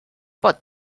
pot